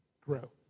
grow